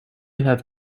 have